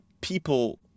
people